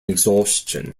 exhaustion